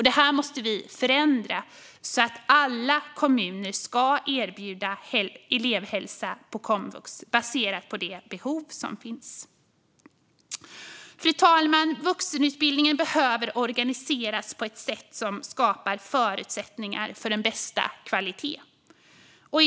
Detta måste vi förändra så att alla kommuner erbjuder elevhälsa på komvux baserat på det behov som finns. Fru talman! Vuxenutbildningen behöver organiseras på ett sätt som skapar förutsättningar för den bästa kvaliteten.